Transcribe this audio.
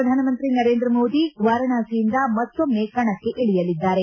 ಪ್ರಧಾನಮಂತ್ರಿ ನರೇಂದ್ರ ಮೋದಿ ವಾರಾಣಸಿಯಿಂದ ಮತ್ತೊಮ್ಮೆ ಕಣಕ್ಕೆ ಇಳಿಯಲಿದ್ದಾರೆ